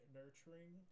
nurturing